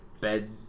bed